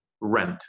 rent